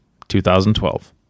2012